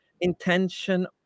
intention